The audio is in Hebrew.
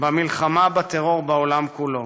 במלחמה בטרור בעולם כולו.